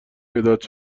مداد